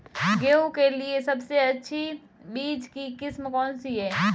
गेहूँ के लिए सबसे अच्छी बीज की किस्म कौनसी है?